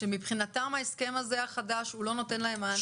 שמבחינתם ההסכם הזה החדש לא נותן להם מענה?